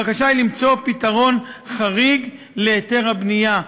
הבקשה היא למצוא פתרון חריג להיתר הבנייה,